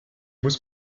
muss